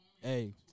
Hey